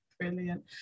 Brilliant